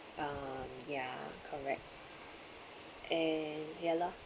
um yeah correct and ya lor